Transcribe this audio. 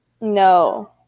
No